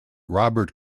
robert